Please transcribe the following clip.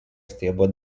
stiebo